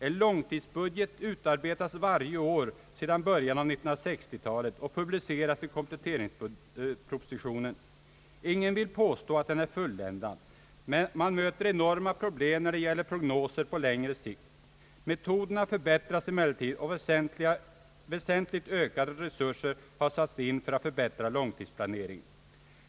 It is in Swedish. En långtidsbudget utarbetas varje år sedan början: av 1960-talet och publiceras i kompletteringspropositionen. Ingen vill påstå att den är fulländad. Man möter enorma problem när det gäller prognoser på längre sikt. Metoderna förbättras emellertid, och väsentligt ökade resurser har satts in för att förbättra långtidsplaneringen.